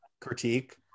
critique